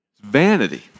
Vanity